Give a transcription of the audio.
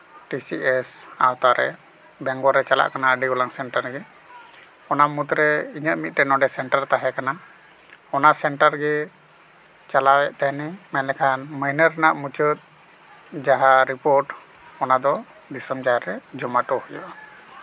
T C S ᱟᱣᱛᱟ ᱨᱮ ᱵᱮᱝᱜᱚᱞ ᱨᱮ ᱪᱟᱞᱟᱜ ᱠᱟᱱᱟ ᱟᱹᱰᱤ ᱜᱚᱞᱟᱱ ᱥᱮᱱᱴᱟᱨ ᱜᱮ ᱚᱱᱟ ᱢᱩᱫᱽᱨᱮ ᱤᱧᱟᱹᱜ ᱢᱤᱫᱴᱟᱱ ᱥᱮᱱᱴᱟᱨ ᱚᱸᱰᱮ ᱛᱟᱦᱮᱸ ᱠᱟᱱᱟ ᱚᱱᱟ ᱥᱮᱱᱴᱟᱨ ᱜᱮ ᱪᱟᱞᱟᱣᱮᱜ ᱛᱟᱦᱮᱱᱟᱹᱧ ᱢᱮᱱᱞᱮᱠᱷᱟᱱ ᱢᱟᱹᱭᱱᱟᱹ ᱨᱮᱱᱟᱜ ᱢᱩᱪᱟᱹᱫ ᱡᱟᱦᱟᱸ ᱨᱤᱯᱳᱨᱴ ᱚᱱᱟ ᱫᱚ ᱫᱤᱥᱚᱢ ᱡᱟᱦᱮᱨ ᱨᱮ ᱡᱚᱢᱟ ᱦᱚᱴᱚ ᱦᱩᱭᱩᱜᱼᱟ